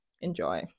enjoy